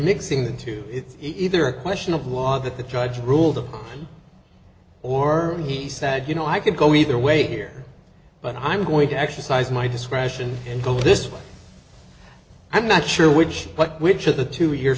mixing the two it's either a question of law that the judge ruled or he said you know i could go either way here but i'm going to exercise my discretion and go this way i'm not sure which but which of the two y